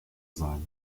sein